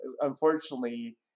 unfortunately